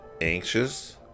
anxious